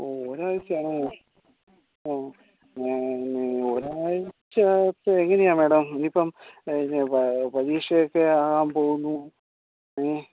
ഒരാഴ്ച്ചയാണ് ആ നെ ഒരാഴ്ച്ച ഇപ്പം എങ്ങനെയാണ് മേഡം ഇനീപ്പം പരീക്ഷയൊക്കെ ആകാൻ പോകുന്നു ഏ